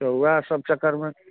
तऽ वएहसब चक्करमे